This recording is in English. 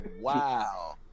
wow